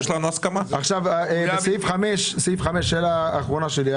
שאלה אחרונה שלי.